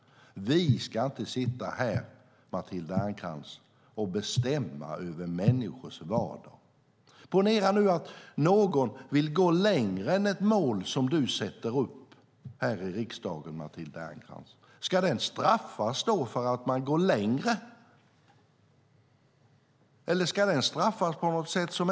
Vi ska inte sitta här, Matilda Ernkrans, och bestämma över människors vardag. Ponera att någon vill gå längre än ett mål som du sätter upp här i riksdagen, Matilda Ernkrans. Ska man straffas då? Eller ska den som inte lever upp till målet straffas på något sätt?